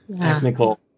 technical